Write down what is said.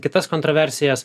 kitas kontroversijas